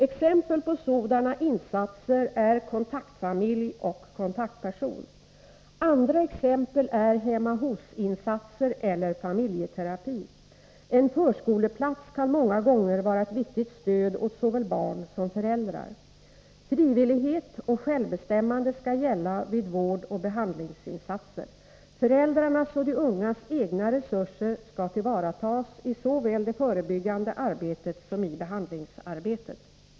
Exempel på sådana insatser är kontaktfamilj och kontaktperson. Andra exempel är hemma-hosinsatser eller familjeterapi. En förskoleplats kan många gånger vara ett viktigt stöd åt såväl barn som föräldrar. Frivillighet och självbestämmande skall gälla vid vård och behandlingsinsatser. Föräldrarnas och de ungas egna resurser skall tillvaratas i såväl det förebyggande arbetet som i behandlingsarbetet.